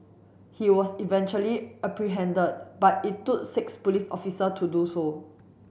he was eventually apprehended but it took six police officer to do so